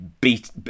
beat